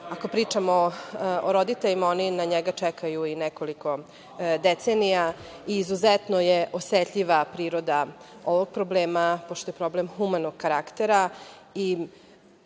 Ako pričamo o roditeljima, oni na njega čekaju i nekoliko decenija i izuzetno je osetljiva priroda ovog problema, pošto je problem humanog karaktera.